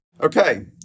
Okay